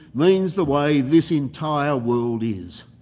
means the way this entire world is.